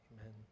Amen